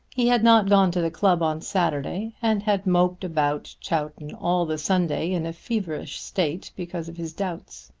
he had not gone to the club on saturday and had moped about chowton all the sunday in a feverish state because of his doubts.